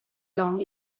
long